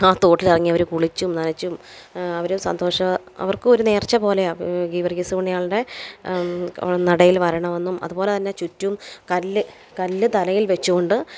ആ തോട്ടിലിറങ്ങി അവർ കുളിച്ചും നനച്ചും അവർ സന്തോഷം അവർക്കും ഒരു നേർച്ച പോലെയാണ് ഗീവർഗ്ഗീസ് പുണ്യാളൻ്റെ നടയിൽ വരണമെന്നും അതുപോലെ തന്നെ ചുറ്റും കല്ല് കല്ല് തലയിൽ വെച്ചോണ്ട്